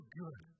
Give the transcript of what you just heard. good